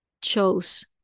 chose